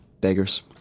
Beggars